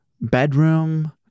bedroom